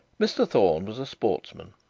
mr thorne was a sportsman,